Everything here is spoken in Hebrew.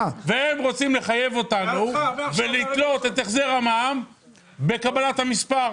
הם רוצים לחייב אותנו וליצור את החזר המע"מ בקבלת המספר.